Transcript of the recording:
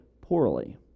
poorly